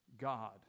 God